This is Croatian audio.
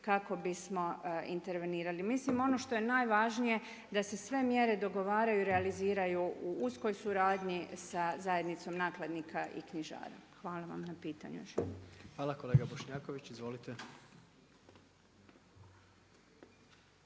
kako bismo intervenirali. Mislim ono što je najvažnije, da se sve mjere dogovaraju i realiziraju u uskoj suradnji sa Zajednicom nakladnika i knjižara. Hvala vam na pitanju još jednom. **Jandroković, Gordan